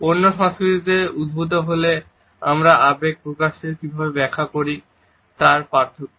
অন্য সংস্কৃতিতে উদ্ভূত হলে আমরা আবেগের প্রকাশকে কীভাবে ব্যাখ্যা করি তার পার্থক্য